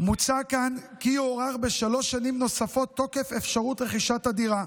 מוצע כאן כי יוארך בשלוש שנים נוספות תוקף האפשרות לרכישת הדירה.